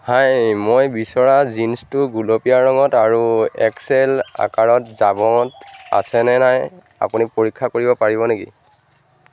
হাই মই বিচৰা জীন্ছটো গুলপীয়া ৰঙত আৰু এক্স এল আকাৰত জাবঙত আছেনে নাই আপুনি পৰীক্ষা কৰিব পাৰিব নেকি